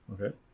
Okay